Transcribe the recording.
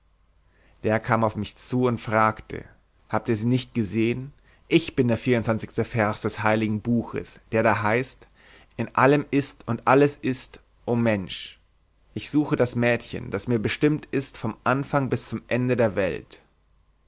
der kam auf mich zu und fragte habt ihr sie nicht gesehen ich bin der vierundzwanzigste vers des heiligen buches der da heißt in allem ist und alles ist o mensch ich suche das mädchen das mir bestimmt ist vom anfang bis zum ende der welt